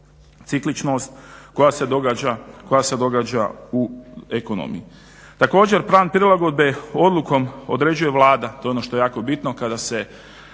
cikličnost koja se događa u ekonomiji. Također plan prilagodbe odlukom određuje Vlada, to je ono što je jako bitno kada se